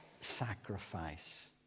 sacrifice